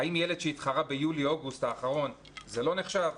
האם ילד שהתחרה ביולי-אוגוסט האחרון, זה לא נחשב?